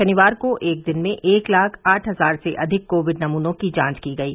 शनिवार को एक दिन में एक लाख आठ हजार से अधिक कोविड नमूनों की जांच की गयी